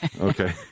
Okay